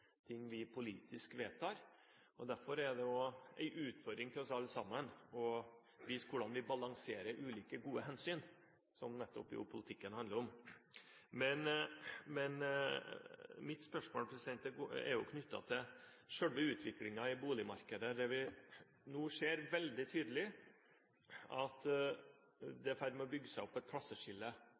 vi politisk vedtar. Derfor er det også en utfordring for oss alle sammen å vise hvordan vi balanserer ulike gode hensyn. Det er jo nettopp det politikken handler om. Mitt spørsmål er knyttet til selve utviklingen i boligmarkedet, der vi nå ser veldig tydelig at det er i ferd med å